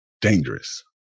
dangerous